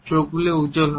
চোখগুলি উজ্জ্বল হয়